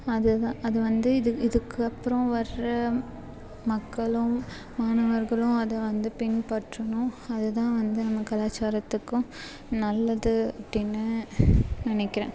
அது தான் அது வந்து இது இதுக்கப்பறம் வர்ற மக்களும் மாணவர்களும் அதை வந்து பின்பற்றணும் அது தான் வந்து நம்ம கலாச்சாரத்துக்கும் நல்லது அப்படின்னு நினைக்கிறேன்